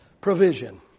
Provision